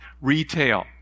retail